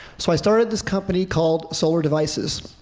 so, i started this company called solar devices.